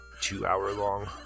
two-hour-long